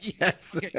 Yes